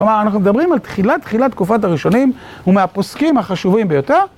כלומר, אנחנו מדברים על תחילת תחילת תקופת הראשונים ומהפוסקים החשובים ביותר.